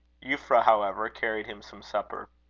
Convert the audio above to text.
euphra, however, carried him some supper.